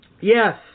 Yes